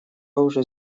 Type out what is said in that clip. уже